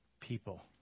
people